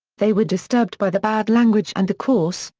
they were disturbed by the bad language and the coarse,